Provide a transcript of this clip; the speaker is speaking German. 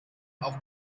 auch